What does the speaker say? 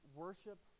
worship